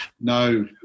no